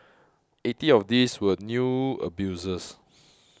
eighty of these were new abusers